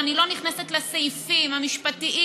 אני לא נכנסת לסעיפים המשפטיים